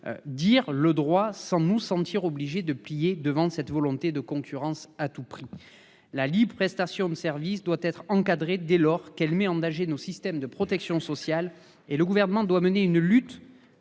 dire le droit sans nous sentir obligés de plier devant cette volonté de concurrence à tout prix. La libre prestation de services doit être encadrée, dès lors qu'elle met en danger nos systèmes de protection sociale. De ce fait, le Gouvernement doit engager une lutte